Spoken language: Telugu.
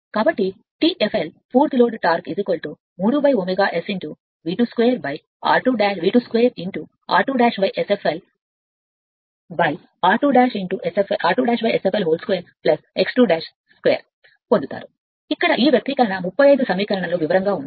కాబట్టి ఇక్కడ అప్పుడు అంటే T పూర్తి లోడ్ టార్క్ 3 ω S ను పొందుతారు ఇక్కడ ఈ వ్యక్తీకరణ 35 సమీకరణం నుండి వివరంగా ఉంది